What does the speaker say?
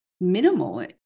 minimal